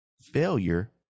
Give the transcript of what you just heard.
Failure